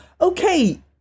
Okay